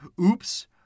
Oops